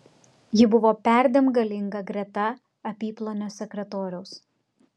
ji buvo perdėm galinga greta apyplonio sekretoriaus